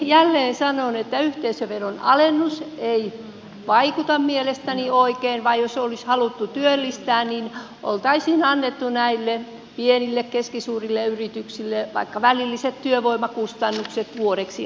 jälleen sanon että yhteisöveron alennus ei vaikuta mielestäni oikein vaan jos olisi haluttu työllistää niin oltaisiin annettu näille pienille keskisuurille yrityksille vaikka välilliset työvoimakustannukset vuodeksi anteeksi